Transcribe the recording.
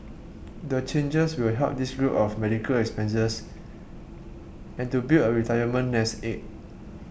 the changes will help this group of medical expenses and to build a retirement nest egg